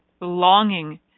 longing